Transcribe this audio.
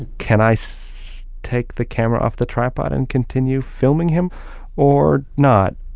and can i so take the camera off the tripod and continue filming him or not?